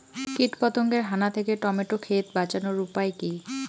কীটপতঙ্গের হানা থেকে টমেটো ক্ষেত বাঁচানোর উপায় কি?